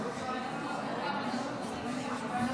הצעת חוק זכויות הסטודנט (תיקון,